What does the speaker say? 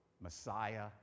Messiah